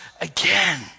again